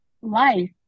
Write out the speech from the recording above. life